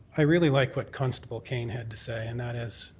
i really like what constable cane had to say, and that is